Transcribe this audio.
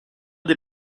des